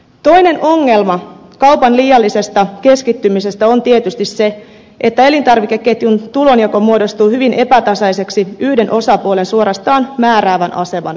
toinen kaupan liiallisesta keskittymisestä johtuva ongelma on tietysti se että elintarvikeketjun tulonjako muodostuu hyvin epätasaiseksi yhden osapuolen suorastaan määräävän aseman myötä